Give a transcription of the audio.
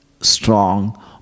strong